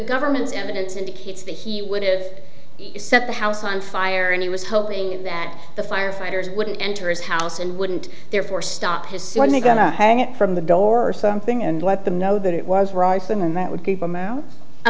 government's evidence indicates that he would is set the house on fire and he was hoping that the firefighters wouldn't enter his house and wouldn't therefore stop his son they gonna hang it from the door or something and what the know that it was right and that would keep them out